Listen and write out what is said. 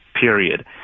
period